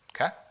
Okay